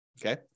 Okay